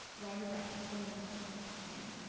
roger bradley, former department head of cbn.